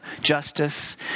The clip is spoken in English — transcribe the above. justice